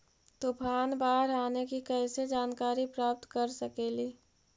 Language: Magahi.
तूफान, बाढ़ आने की कैसे जानकारी प्राप्त कर सकेली?